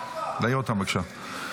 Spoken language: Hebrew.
להעיר אותם בבקשה.